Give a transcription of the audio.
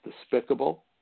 despicable